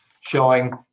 showing